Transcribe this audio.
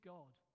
God